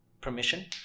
permission